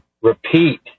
repeat